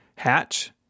hatch